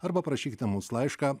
arba prašykite mūsų laišką